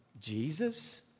Jesus